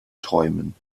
träumen